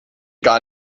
gar